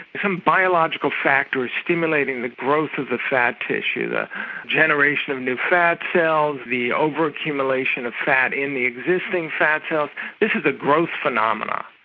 some biological factors stimulating the growth of the fat tissue, the generation of new fat cells, the over-accumulation of fat in the existing fat cells, this is a growth phenomenon.